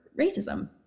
racism